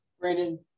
Brandon